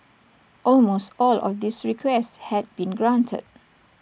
almost all of these requests had been granted